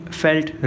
felt